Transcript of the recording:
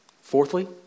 Fourthly